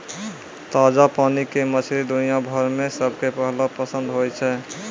ताजा पानी के मछली दुनिया भर मॅ सबके पहलो पसंद होय छै